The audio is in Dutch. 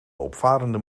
opvarenden